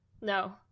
No